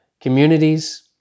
communities